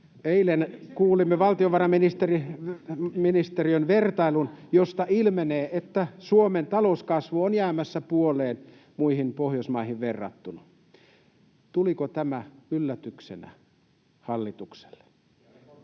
Eilen kuulimme valtiovarainministeriön vertailun, josta ilmenee, että Suomen talouskasvu on jäämässä puoleen muihin Pohjoismaihin verrattuna — tuliko tämä yllätyksenä hallitukselle?